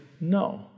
no